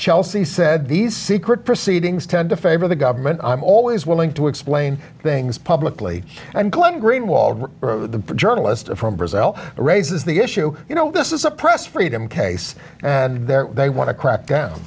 chelsea said these secret proceedings tend to favor the government i'm always willing to explain things publicly and glenn greenwald the journalist from brazil raises the issue you know this is a press freedom can yes there they want to crack down